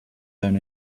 down